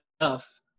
enough